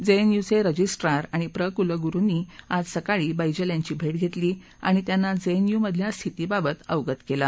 जेएनयूचे registrar आणि प्र कुलगुरुंनी आज सकाळी बैजल यांची भे घेतली आणि त्यांना जेएनयूमधल्या स्थितीबाबत अवगत केलं